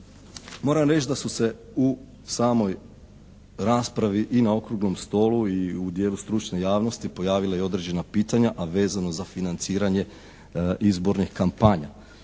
Moram reći da su se u samoj raspravi i na okruglom stolu i u dijelu stručne javnosti pojavila i određena pitanja, a vezano za financiranje izbornih kampanja.